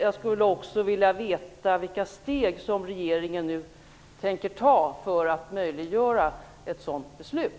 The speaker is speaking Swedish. Jag skulle också vilja veta vilka steg regeringen nu tänker ta för att möjliggöra ett sådant beslut.